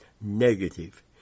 negative